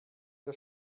wer